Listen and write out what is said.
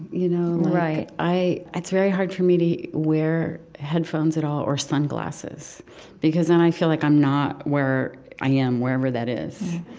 you know? right it's very hard for me to wear headphones at all or sunglasses because then i feel like i'm not where i am, wherever that is.